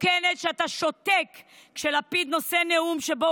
מסוכנת כשאתה שותק כשלפיד נושא נאום שבו